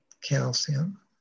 calcium